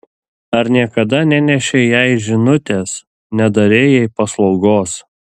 ar niekada nenešei jai žinutės nedarei jai paslaugos